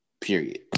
Period